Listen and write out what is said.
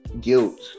guilt